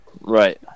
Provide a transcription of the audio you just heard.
Right